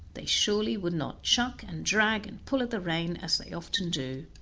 they surely would not chuck, and drag, and pull at the rein as they often do.